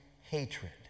hatred